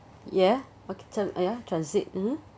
ya okay tran~ ya transit mmhmm